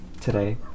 today